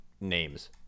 names